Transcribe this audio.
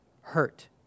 hurt